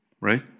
right